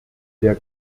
der